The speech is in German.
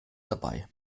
dabei